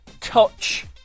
touch